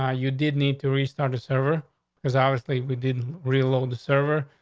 ah you did need to restart a server because obviously we didn't reload the server,